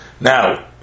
Now